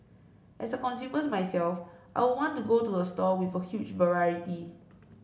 as a consumer myself I would want to go to a store with a huge variety